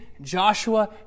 joshua